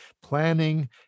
planning